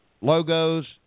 logos